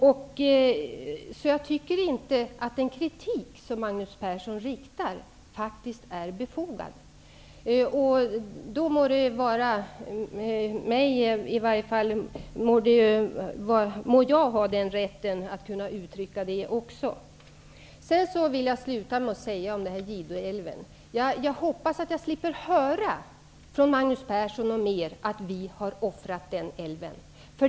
Jag tycker faktiskt inte att den kritik som Magnus Persson för fram är befogad, och jag måste ha rätt att uttrycka den uppfattningen. Jag vill till sist beträffande Gideälven säga att jag hoppas slippa få höra någon ytterligare gång från Magnus Persson att vi har offrat denna älv.